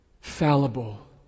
fallible